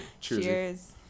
Cheers